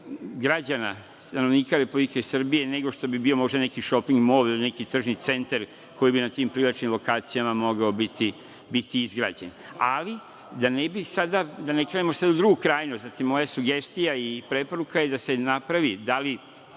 građana, stanovnika Republike Srbije, nego što bi možda bio neki šoping mol, ili neki tržni centar koji bi na tim privlačnim lokacijama mogao biti izgrađen. Ali, da ne krenemo sada u drugu krajnost, moja sugestija i preporuka je da se napravi, da li